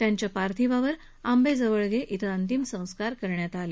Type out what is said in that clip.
त्यांच्या पार्थिवावर आंबेजवळगे इथं अंत्यसंस्कार होणार आहेत